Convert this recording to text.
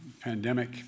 pandemic